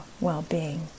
well-being